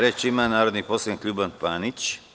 Reč ima narodni poslanik Ljuban Panić.